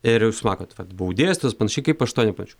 ir jūs matot kad buvau dėstytojas panašiai kaip aš to nepajaučiau